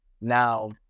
now